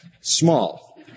small